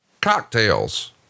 Cocktails